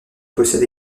possède